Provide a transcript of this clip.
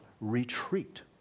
retreat